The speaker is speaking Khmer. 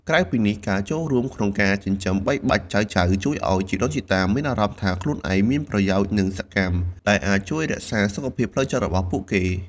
ក្រៅពីនេះ ការចូលរួមក្នុងការចិញ្ចឹមបីបាច់ចៅៗអាចជួយឱ្យជីដូនជីតាមានអារម្មណ៍ថាខ្លួនឯងមានប្រយោជន៍ និងសកម្ម ដែលអាចជួយរក្សាសុខភាពផ្លូវចិត្តរបស់ពួកគេ។